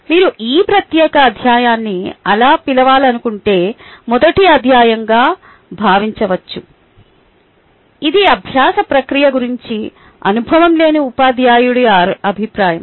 మీరు ఈ ప్రత్యేక అధ్యాయాన్ని అలా పిలవాలనుకుంటే మొదటి అధ్యాయంగా భావించవచ్చు ఇది అభ్యాస ప్రక్రియ గురించి అనుభవం లేని ఉపాధ్యాయుడి అభిప్రాయం